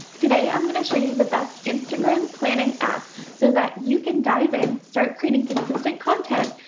today i'm gonna show you the best instagram planning app so that you can dive in, start creating consistent content,